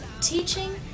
teaching